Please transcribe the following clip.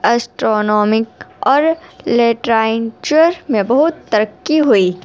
astronomic اور literature میں بہت ترقی ہوئی